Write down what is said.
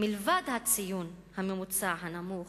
מלבד הציון הממוצע הנמוך,